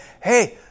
hey